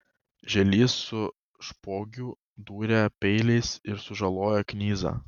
žielys su špogiu dūrė peiliais ir sužalojo knyzą